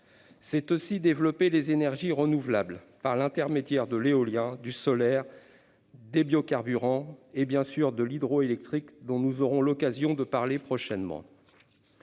aussi de développer les énergies renouvelables, par l'intermédiaire de l'éolien, du solaire, des biocarburants et, bien sûr, de l'hydroélectrique, dont nous aurons l'occasion de parler prochainement.